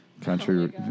Country